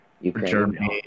Ukraine